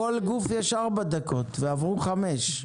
לכל גוף יש ארבע דקות ועברו כבר דקות,